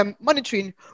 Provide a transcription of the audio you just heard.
monitoring